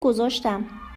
گذاشتم